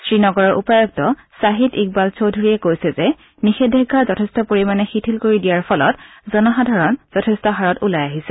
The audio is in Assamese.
শ্ৰীনগৰৰ উপায়ুক্ত ছাহিদ ইকবাল চৌধুৰীয়ে কৈছে যে নিষেধাজ্ঞা যথেষ্ট পৰিমাণে শিথিল কৰি দিয়াৰ লগতে জনসাধাৰণে যথেষ্ট হাৰত ওলাই আহিছে